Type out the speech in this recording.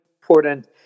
important